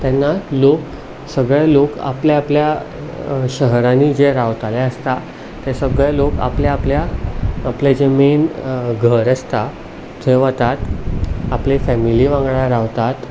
तेन्ना लोक सगळे लोक आपल्या आपल्या शहरांनी जे रावताले आसता ते सगळे लोक आपल्या आपल्या आपलें जें मेन घर आसता थंय वतात आपले फेमिली वांगडा रावतात